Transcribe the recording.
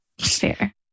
Fair